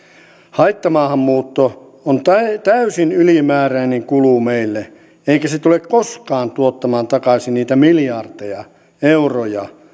haittamaahanmuutto on täysin ylimääräinen kulu meille eikä se tule koskaan tuottamaan takaisin niitä miljardeja euroja